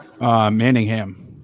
Manningham